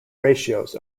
ratios